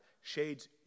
shades